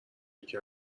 یکی